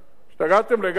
השתגעתם לגמרי?